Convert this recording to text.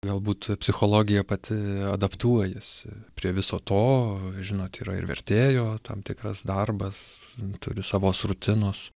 galbūt psichologija pati adaptuojasi prie viso to žinot yra ir vertėjo tam tikras darbas turi savos rutinos